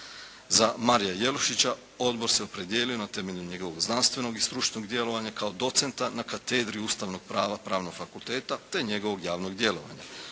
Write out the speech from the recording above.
Za Marija Jelušića odbor se opredijelio na temelju njegovog znanstvenog i stručnog djelovanja kao docenta na Katedri ustavnog prava Pravnog fakulteta te njegovog javnog djelovanja.